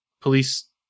police